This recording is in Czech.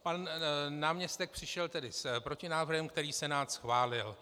Pan náměstek přišel tedy s protinávrhem, který Senát schválil.